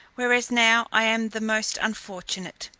whereas now i am the most unfortunate.